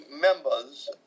members